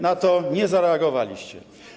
Na to nie zareagowaliście.